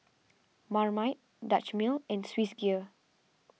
Marmite Dutch Mill and Swissgear